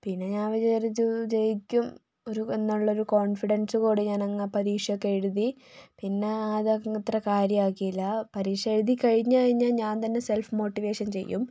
പിന്നെ ഞാൻ വിചാരിച്ചു ജയിക്കും ഒരു എന്നുള്ളൊരു കോൺഫിഡൻസ് കൂടി ഞാൻ അന്ന് ആ പരീക്ഷയൊക്കെ എഴുതി പിന്നെ അത് അന്ന് അത്ര കാര്യം ആക്കിയില്ല പരീക്ഷ എഴുതി കഴിഞ്ഞു കഴിഞ്ഞാൽ ഞാൻ തന്നെ സെൽഫ് മോട്ടിവേഷൻ ചെയ്യും